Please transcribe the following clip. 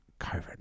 COVID